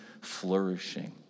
flourishing